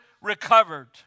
recovered